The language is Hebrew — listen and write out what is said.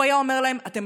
הוא היה אומר להם: אתם